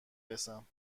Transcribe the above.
رسم